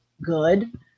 good